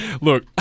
Look